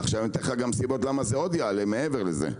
עכשיו אתן לך עוד סיבות למה המחיר יעלה מעבר לזה,